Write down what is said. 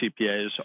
CPAs